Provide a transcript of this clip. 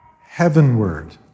heavenward